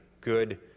good